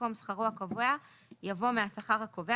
במקום "שכרו הקובע" יבוא "מהשכר הקובע".